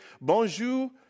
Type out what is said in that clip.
bonjour